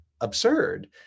absurd